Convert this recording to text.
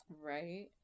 right